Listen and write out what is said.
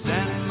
Send